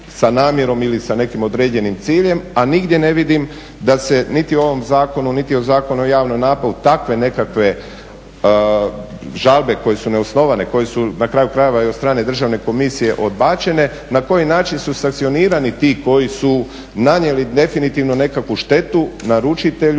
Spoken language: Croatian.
sa namjerom ili sa nekim određenim ciljem, a nigdje ne vidim da se niti u ovom zakonu niti u Zakonu o javnoj nabavi, takve nekakve žalbe koje su neosnovane, koje su na kraju krajeva od strane državne komisije odbačene, na koji način su sankcionirani ti koji su nanijeli definitivno nekakvu štetu naručitelju